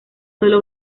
sólo